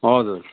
हजुर